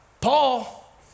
Paul